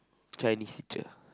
Chinese teacher